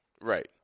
Right